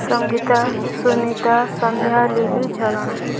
Sangeeta Sunita Sandhya Lily Jharana